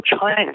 China